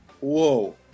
Whoa